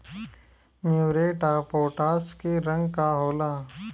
Muriate of potash के रंग का होला?